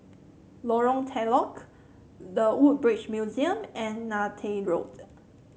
Lorong Telok The Woodbridge Museum and Neythai Road